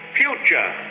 future